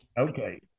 Okay